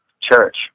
Church